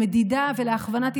למדידה ולהכוונת התנהגות,